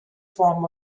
form